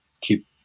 keep